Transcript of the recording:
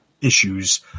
issues